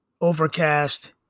Overcast